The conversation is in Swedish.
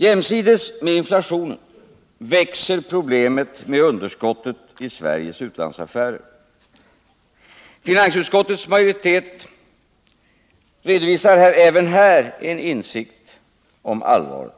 Jämsides med inflationen växer problemet med underskottet i Sveriges utlandsaffärer. Finansutskottets majoritet redovisar även här en insikt om allvaret.